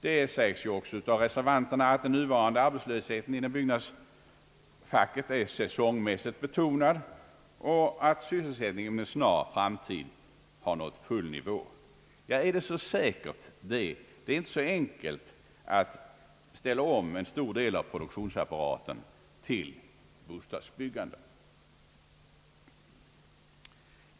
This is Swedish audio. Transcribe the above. Det sägs ju också av reservanterna, att den nuvarande arbetslösheten inom byggnadsfacket är säsongmässigt betonad och att sysselsättningen inom en snar framtid har nått full nivå. Men är det så säkert? Det är inte så enkelt att ställa om en stor del av produktionsapparaten till bostadsbyggande.